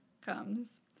comes